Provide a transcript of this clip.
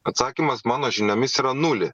atsakymas mano žiniomis yra nulį